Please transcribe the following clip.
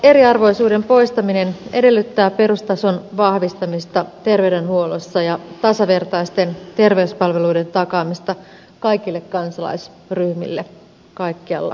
eriarvoisuuden poistaminen edellyttää perustason vahvistamista terveydenhuollossa ja tasavertaisten terveyspalveluiden takaamista kaikille kansalaisryhmille kaikkialla maassa